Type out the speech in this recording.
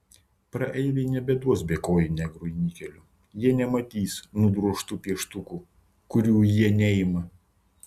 praeiviai nebeduos bekojui negrui nikelių jie nematys nudrožtų pieštukų kurių jie neima